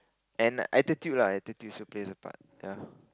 and attitude lah attitude also play a part